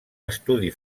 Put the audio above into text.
estudi